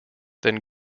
then